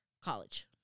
college